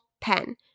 pen